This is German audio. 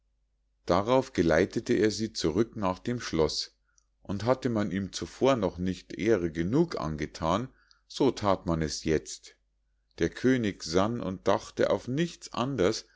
darauf geleitete er sie zurück nach dem schloß und hatte man ihm zuvor noch nicht ehre genug angethan so that man es jetzt der könig sann und dachte auf nichts anders